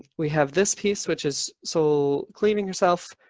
we have this piece which is soul cleaning herself.